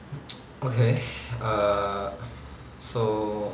okay err so